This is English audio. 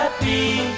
Happy